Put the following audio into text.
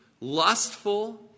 lustful